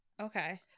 Okay